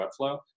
webflow